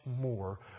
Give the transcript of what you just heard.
more